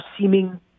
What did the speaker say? seeming